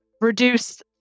reduce